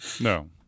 No